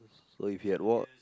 so if you had work